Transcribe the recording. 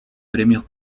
premios